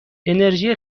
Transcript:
انرژی